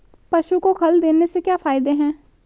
पशु को खल देने से क्या फायदे हैं?